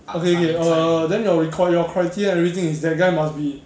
okay okay err then your require your criteria everything is that guy must be